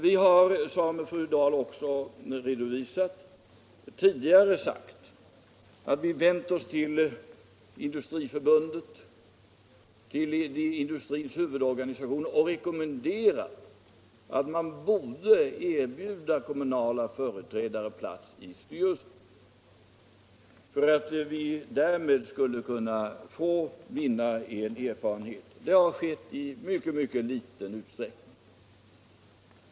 Vi har, såsom också fru Dahl redovisade, tidigare sagt att vi vänt oss till industrins huvudorganisation Industriförbundet med rekommendationen att man där borde erbjuda kommunala företrädare plats i styrelsen för att därmed vinna erfarenhet. Detta har dock skett i en mycket liten utsträckning.